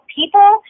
people